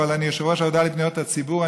אבל אני יושב-ראש הוועדה לפניות הציבור.